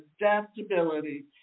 adaptability